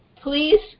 please